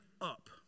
up